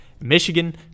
Michigan